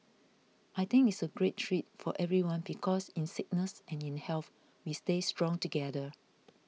I think it's a great treat for everyone because in sickness and in health we stay strong together